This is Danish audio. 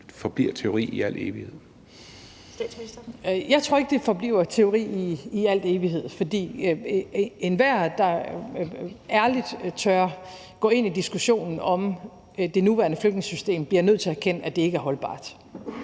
(Mette Frederiksen): Jeg tror ikke, at det forbliver teori i al evighed, for enhver, der ærligt tør gå ind i diskussionen om det nuværende flygtningesystem, bliver nødt til at erkende, at det ikke er holdbart.